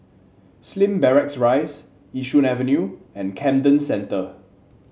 Slim Barracks Rise Yishun Avenue and Camden Centre